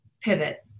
pivot